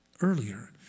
earlier